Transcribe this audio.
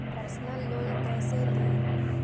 Personal loan कैसे ली?